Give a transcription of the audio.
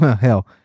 Hell